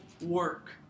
work